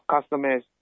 customers